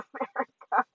America